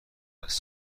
است